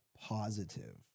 positive